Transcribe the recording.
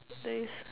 nice